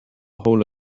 hole